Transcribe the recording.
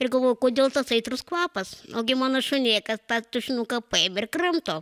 ir galvoju kodėl tas aitrus kvapas ogi mano šunėkas tą tušinuką paėmė ir kramto